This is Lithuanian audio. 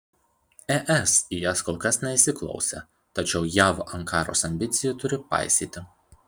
es į jas kol kas neįsiklausė tačiau jav ankaros ambicijų turi paisyti